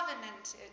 covenanted